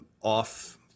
off